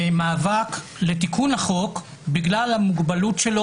מאבק לתיקון החוק בגלל המוגבלות שלו